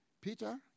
Peter